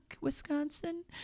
Wisconsin